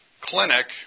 clinic